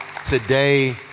today